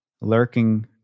lurking